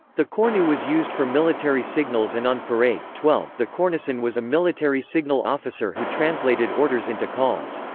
the cornu was used for military signals and on parade. twelve the cornicen was a military signal officer who translated orders into calls.